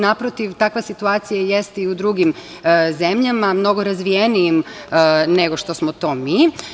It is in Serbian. Naprotiv, takva situacija jeste i u drugim zemljama, mnogo razvijenijim nego što smo to mi.